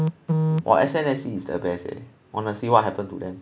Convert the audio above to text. !wah! S_N_S_D is the best leh honestly what happened to them